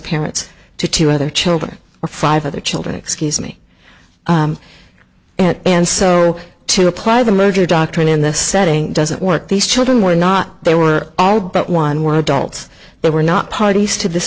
parents to two other children or five other children excuse me and so to apply the merger doctrine in this setting doesn't work these children were not they were all but one were adults they were not parties to this